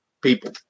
people